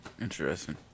Interesting